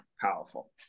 powerful